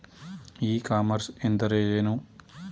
E commerce ಎಂದರೆ ಏನು?